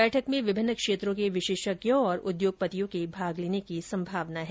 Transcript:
बैठक में विभिन्न क्षेत्रों के विशेषज्ञों और उद्योगपतियों के भाग लेने की उम्मीद है